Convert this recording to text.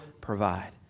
provide